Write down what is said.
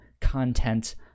content